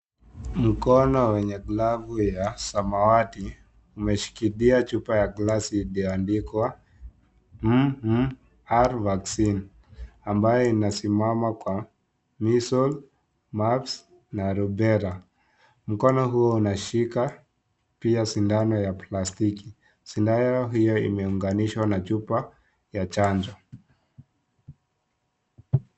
Mkono wenye glavu ya samawati umeshikilia chupa ya glasi iliyoandikwa M-M-R Vaccine ambayo inasimama kwa measles, mumps na rubella . Mkono huo unashika pia sindano ya plastiki. Sindano hiyo imeunganishwa na chupa ya chanjo.